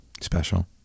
special